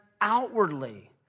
outwardly